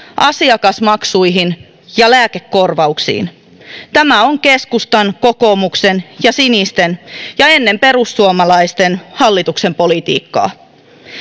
asiakasmaksuihin ja lääkekorvauksiin tämä on keskustan kokoomuksen ja sinisten ja ennen perussuomalaisten hallituksen politiikkaa